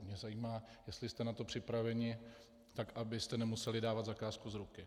Mě zajímá, jestli jste na to připraveni, abyste nemuseli dávat zakázku z ruky.